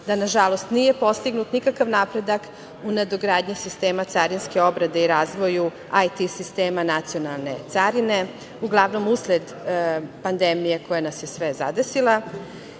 da nažalost nije postignut nikakav napredak u nadogradnji sistema carinske obrade i razvoja IT sistema nacionalne carine, uglavnom usled pandemije koja nas je sve zadesila